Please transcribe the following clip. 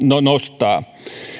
nostaa